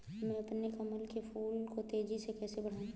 मैं अपने कमल के फूल को तेजी से कैसे बढाऊं?